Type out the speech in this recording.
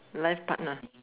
life partner